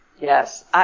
Yes